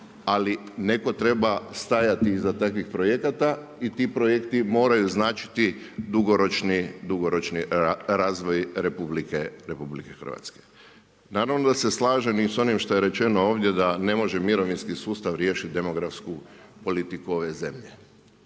ali netko treba stajati iza takvih projekata i ti projekti moraju značiti dugoročni razvoj RH. Naravno da se slažem i sa onim što je rečeno ovdje da ne može mirovinski sustav riješiti demografsku politiku ove zemlje.